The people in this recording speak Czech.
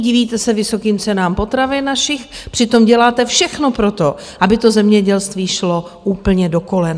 Divíte se vysokým cenám našich potravin, přitom děláte všechno pro to, aby to zemědělství šlo úplně do kolen.